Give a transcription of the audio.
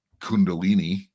kundalini